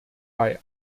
bei